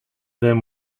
them